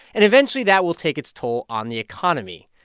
and eventually, that will take its toll on the economy.